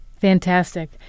Fantastic